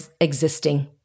existing